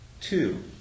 Two